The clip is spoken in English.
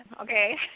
Okay